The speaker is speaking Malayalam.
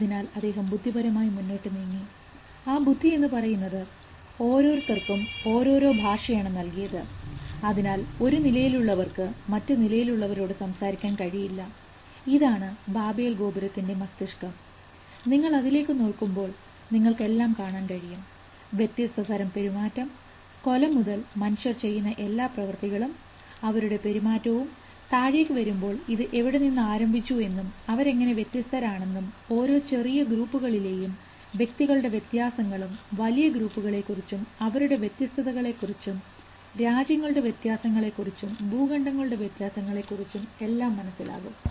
അതിനാൽ അദ്ദേഹം ബുദ്ധിപരമായി മുന്നോട്ടുനീങ്ങി ആ ബുദ്ധി എന്ന് പറയുന്നത് ഓരോരുത്തർക്കും ഓരോരോ ഭാഷയാണ് നൽകിയത് അതിനാൽ ഒരു നിലയിലുള്ളവർക്ക് മറ്റ് നിലയിലുള്ളവരോട് സംസാരിക്കാൻ കഴിയില്ല ഇതാണ് ബാബേൽ ഗോപുരത്തിൻറെ മസ്തിഷ്കം നിങ്ങൾ അതിലേക്ക് നോക്കുമ്പോൾ നിങ്ങൾക്ക് എല്ലാം കാണാൻ കഴിയും വ്യത്യസ്ത തരം പെരുമാറ്റം കൊല മുതൽ മനുഷ്യർ ചെയ്യുന്ന എല്ലാ പ്രവർത്തികളും അവരുടെ പെരുമാറ്റവും താഴേക്ക് വരുമ്പോൾ ഇത് എവിടെ നിന്ന് ആരംഭിച്ചു എന്നും അവരെങ്ങനെ വ്യത്യസ്തരാണെന്നും ഓരോ ചെറിയ ഗ്രൂപ്പുകളിലും വ്യക്തികളുടെ വ്യത്യാസങ്ങളും വലിയ ഗ്രൂപ്പുകളെകുറിച്ചും അവരുടെ വ്യത്യസ്തതകളെ കുറിച്ചും രാജ്യങ്ങളുടെ വ്യത്യാസങ്ങളെക്കുറിച്ച് ഭൂഖണ്ഡങ്ങളുടെ വ്യത്യാസങ്ങളെക്കുറിച്ച് എല്ലാം മനസ്സിലാകും